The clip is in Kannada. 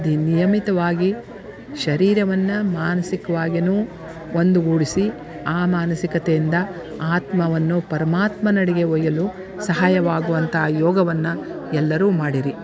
ದಿ ನಿಯಮಿತವಾಗಿ ಶರೀರವನ್ನು ಮಾನ್ಸಿಕ್ವಾಗಿಯೂ ಒಂದುಗೂಡಿಸಿ ಆ ಮಾನಸಿಕತೆಯಿಂದ ಆತ್ಮವನ್ನು ಪರಮಾತ್ಮನಡೆಗೆ ಒಯ್ಯಲು ಸಹಾಯವಾಗುವಂಥ ಯೋಗವನ್ನು ಎಲ್ಲರೂ ಮಾಡಿರಿ